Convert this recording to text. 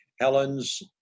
Helen's